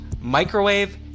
Microwave